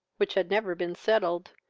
which had never been settled,